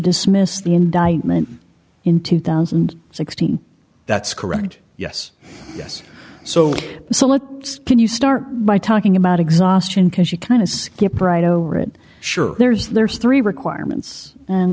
dismiss the indictment in two thousand and sixteen that's correct yes yes so so what can you start by talking about exhaustion cause you kind of skip right over it sure there's there's three requirements and